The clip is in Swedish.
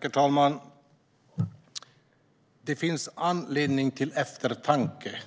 Herr talman! Det finns anledning till eftertanke